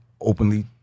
openly